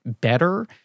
better